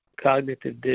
cognitive